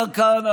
השר כהנא,